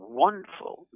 wonderful